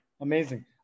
amazing